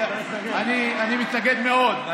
אני מתנגד מאוד.